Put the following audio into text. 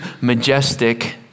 Majestic